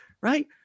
right